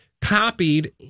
copied